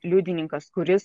liudininkas kuris